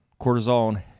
Cortisol